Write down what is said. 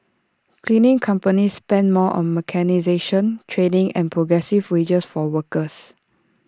cleaning companies spend more on mechanisation training and progressive wages for workers